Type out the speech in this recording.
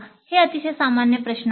हे अतिशय सामान्य प्रश्न आहेत